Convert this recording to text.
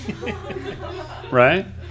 right